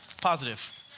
Positive